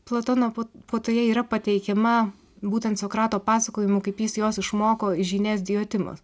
platono puotoje yra pateikiama būtent sokrato pasakojimu kaip jis jos išmoko iš žynės diotimos